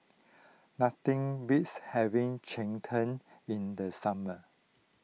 nothing beats having Cheng Tng in the summer